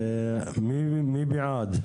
מי בעד?